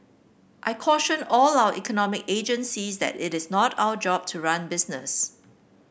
I caution all our economic agencies that it is not our job to run business